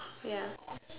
ya